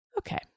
Okay